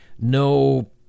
No